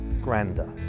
grander